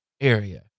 area